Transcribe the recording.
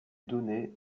donné